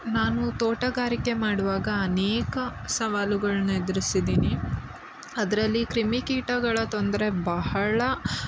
ನಾನು ತೋಟಗಾರಿಕೆ ಮಾಡುವಾಗ ಅನೇಕ ಸವಾಲುಗಳ್ನು ಎದುರಿಸಿದ್ದೀನಿ ಅದರಲ್ಲಿ ಕ್ರಿಮಿಕೀಟಗಳ ತೊಂದರೆ ಬಹಳ